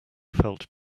felt